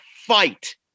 fight